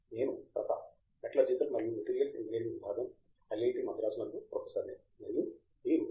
నేను ప్రతాప్ మెటలర్జికల్ మరియు materials engineering విభాగం ఐఐటి మద్రాసు నందు ప్రొఫెసర్ ని మరియు వీరు మా ప్యానల్ సభ్యులు